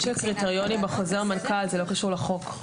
יש קריטריונים בחוזר מנכ"ל , זה לא קשור בחוק.